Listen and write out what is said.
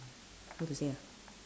how to say ah